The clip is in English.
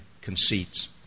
conceits